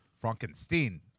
Frankenstein